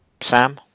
Sam